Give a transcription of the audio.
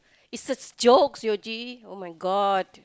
it's a jokes Yuji [oh]-my-god